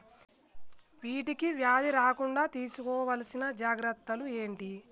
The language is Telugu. వీటికి వ్యాధి రాకుండా తీసుకోవాల్సిన జాగ్రత్తలు ఏంటియి?